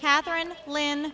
catherine lynn